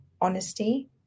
honesty